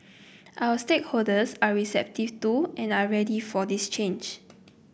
our stakeholders are receptive to and are ready for this change